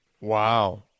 Wow